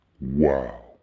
wow